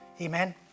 Amen